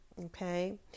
Okay